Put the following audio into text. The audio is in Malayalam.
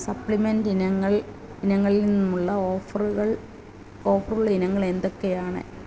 സപ്ലിമെൻ്റ് ഇനങ്ങൾ ഇനങ്ങളിൽ നിന്നുള്ള ഓഫറുകൾ ഓഫറുള്ള ഇനങ്ങൾ ഏന്തൊക്കെയാണ്